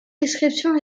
descriptions